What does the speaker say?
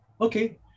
Okay